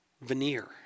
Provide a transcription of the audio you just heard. veneer